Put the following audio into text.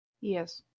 Yes